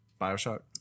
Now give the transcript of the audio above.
Bioshock